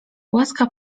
łaska